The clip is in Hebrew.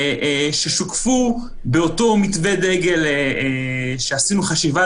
ששוקפו באותו מתווה דגל שלגביו עשינו חשיבה